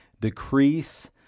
decrease